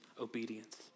obedience